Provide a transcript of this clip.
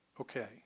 Okay